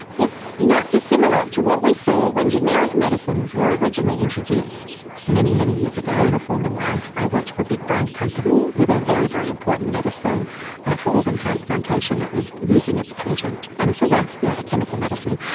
it's not dissimilar to what we saw when generic medicines were originally introduced. many, many years ago in a former life i worked for a big brand company with a very, very important medicine ah for organ transplantation that was losing its patent. and this was a a chemical medicine,